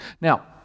Now